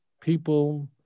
People